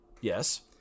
yes